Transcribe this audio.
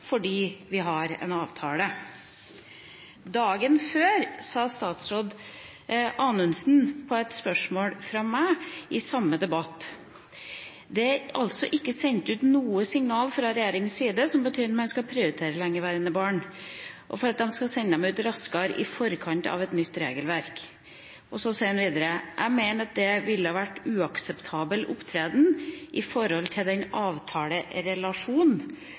fordi vi har en avtale.» Dagen før sa statsråd Anundsen i svaret på et spørsmål fra meg i samme debatt: «Men det er altså ikke sendt noen signaler fra regjeringens side som skal bety at en skal prioritere lengeværende barn for at en skal sende dem raskere ut i forkant av et regelverk.» Videre sa han: «Det mener jeg også ville vært en uakseptabel opptreden i forhold til den